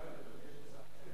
בבקשה.